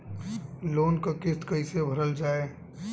Loan क किस्त कैसे भरल जाए?